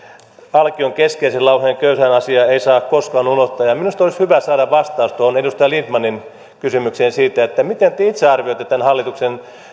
alkion keskeisen lauseen köyhän asiaa ei saa koskaan unohtaa minusta olisi hyvä saada vastaus tuohon edustaja lindtmanin kysymykseen siitä miten te itse arvioitte tämän hallituksen